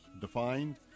defined